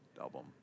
album